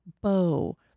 bow